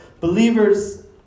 Believers